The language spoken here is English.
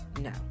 No